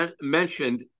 mentioned